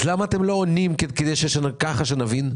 אז למה אתם לא עונים ככה שנבין?